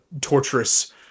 torturous